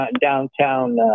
downtown